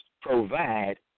provide